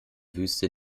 wüste